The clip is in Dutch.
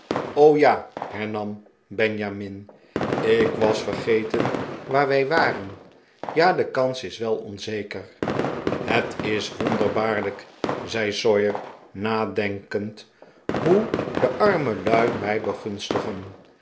ja hernam benjamin ik was vergeten waar wij waren ja de kans is wel onzeker het is wonderbaarlijk zei sawyer nadenkend hoe de arme lui mij begunstigen